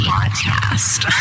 podcast